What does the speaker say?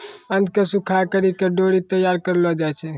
आंत के सुखाय करि के डोरी तैयार करलो जाय छै